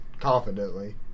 confidently